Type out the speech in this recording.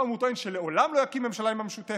פעם הוא טוען שלעולם לא יקים ממשלה עם המשותפת,